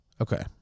okay